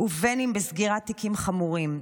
ובין אם בסגירת תיקים חמורים.